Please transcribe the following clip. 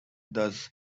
thus